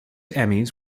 emmys